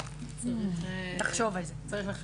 תחשבו על זה.